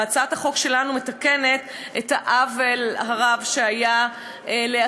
והצעת החוק שלנו מתקנת את העוול הרב לאסירים,